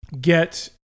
get